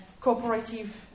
cooperative